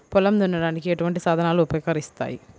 పొలం దున్నడానికి ఎటువంటి సాధనాలు ఉపకరిస్తాయి?